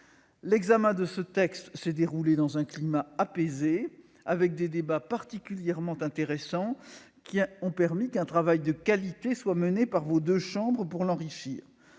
L'examen de ce texte s'est déroulé dans un climat apaisé, avec des débats particulièrement intéressants ; ils ont permis qu'un travail de qualité soit mené par vos deux chambres pour l'enrichir.